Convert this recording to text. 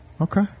Okay